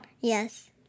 Yes